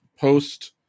post